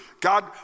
God